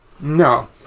No